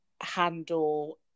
handle